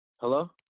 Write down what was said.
Hello